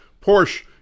Porsche